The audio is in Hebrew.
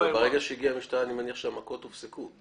אבל ברגע שהגיעה המשטרה אני מניח שהמכות הופסקו.